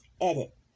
edit